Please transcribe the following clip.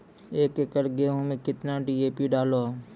एक एकरऽ गेहूँ मैं कितना डी.ए.पी डालो?